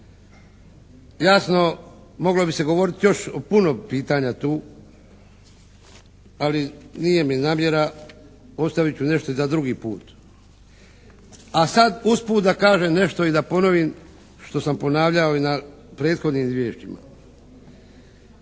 Jasno moglo bi se govoriti još o puno pitanja tu, ali nije mi namjera, ostavit ću nešto i za drugi put. A sad usput da kažem nešto i da ponovim što sam ponavljao i na prethodnim izvješćima.